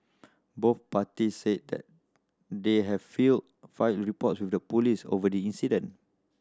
both parties said that they have filed find reports with the police over the incident